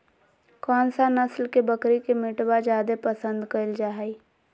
कौन सा नस्ल के बकरी के मीटबा जादे पसंद कइल जा हइ?